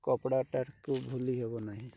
କପଡ଼ାଟାକୁ ଭୁଲି ହେବ ନାହିଁ